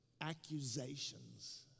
accusations